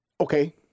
Okay